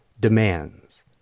demands